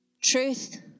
truth